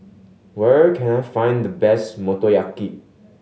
where can I find the best Motoyaki